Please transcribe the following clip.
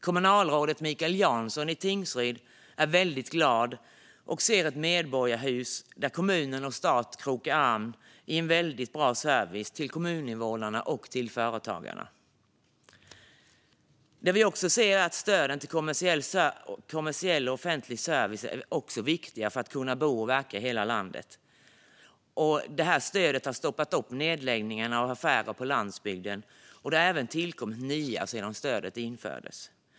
Kommunalrådet Mikael Jeansson i Tingsryd är väldigt glad och ser ett medborgarhus där kommun och stat krokar arm i en väldigt bra service till kommuninvånarna och företagarna. Vi ser att stöden till kommersiell och offentlig service också är viktiga för att man ska kunna bo och verka i hela landet. Stödet har stoppat nedläggningar av affärer på landsbygden, och det har även tillkommit nya sedan stödet infördes.